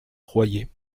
royer